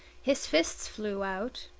his fists flew out.